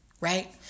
right